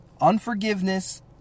Unforgiveness